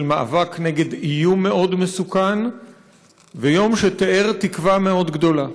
מאבק נגד איום מאוד מסוכן ויום שתיאר תקווה מאוד גדולה.